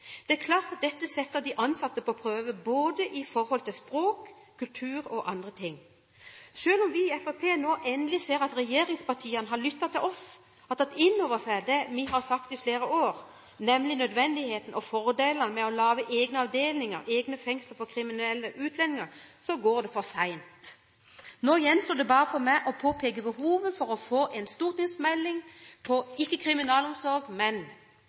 Det er klart at dette setter de ansatte på prøve, når det gjelder både språk, kultur og annet. Selv om vi i Fremskrittspartiet nå endelig ser at regjeringspartiene har lyttet til oss og tatt inn over seg det vi har sagt i flere år, nemlig nødvendigheten av og fordelen ved å lage egne avdelinger og egne fengsler for kriminelle utlendinger, går det for sent. Nå gjenstår det bare for meg å påpeke behovet for å få en stortingsmelding, ikke om kriminalomsorg,